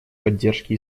поддержке